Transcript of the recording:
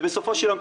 ובסופו של יום,